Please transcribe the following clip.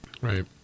Right